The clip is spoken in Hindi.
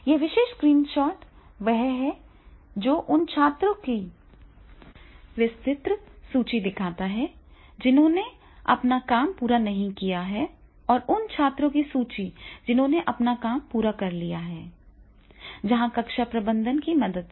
यह विशेष स्क्रीनशॉट वहाँ है जो उन छात्रों की विस्तृत सूची दिखाता है जिन्होंने अपना काम पूरा नहीं किया है और उन छात्रों की सूची जिन्होंने अपना काम पूरा कर लिया है जहाँ कक्षा प्रबंधन की मदद से